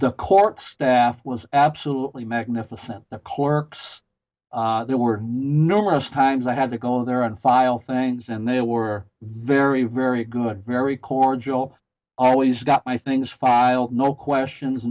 the court staff was absolutely magnificent the cork's there were number of times i had to go there and file things and they were very very good very cordial always got my things filed no questions